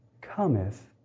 cometh